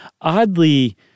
oddly